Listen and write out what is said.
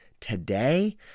today